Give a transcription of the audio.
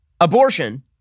abortion